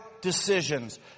decisions